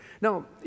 Now